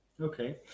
Okay